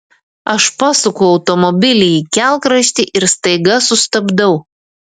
aš pasuku automobilį į kelkraštį ir staiga sustabdau